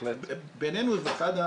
בעינינו זו אחת,